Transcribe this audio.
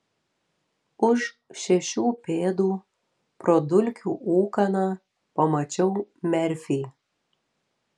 už šešių pėdų pro dulkių ūkaną pamačiau merfį